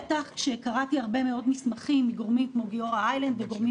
בטח כשקראתי הרבה מאוד מסמכים מגורמים כמו גיורא איילנד וגורמים